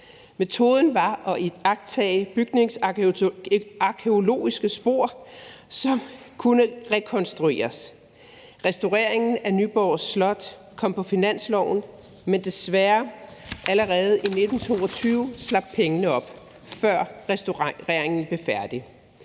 Metoden var at iagttage bygningens arkæologiske spor, som kunne rekonstrueres. Restaureringen af Nyborg Slot kom på finansloven, men allerede i 1922 slap pengene desværre op, før restaureringen blev færdig.